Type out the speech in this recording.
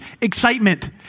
excitement